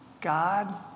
God